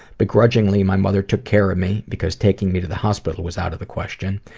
begrudgingly, my mother took care of me because taking me to the hospital was out of the question.